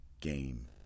game